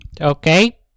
Okay